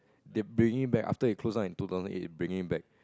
they bringing it back after they close down in two thousand eight they bringing it back